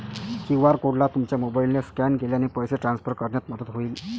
QR कोडला तुमच्या मोबाईलने स्कॅन केल्यास पैसे ट्रान्सफर करण्यात मदत होईल